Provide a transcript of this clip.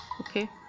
okay